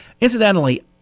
Incidentally